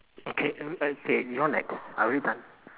okay uh you're next are we done